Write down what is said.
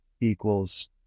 equals